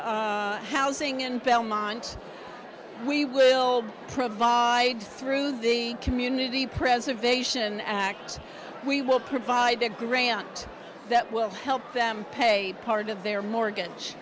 housing in belmont we will provide through the community preservation act we will provide a grant that will help them pay part of their mortgage